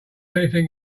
anything